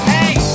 Hey